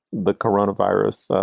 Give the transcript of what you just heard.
the coronavirus.